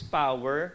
power